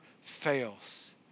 fails